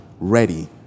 ready